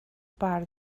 par